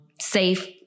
safe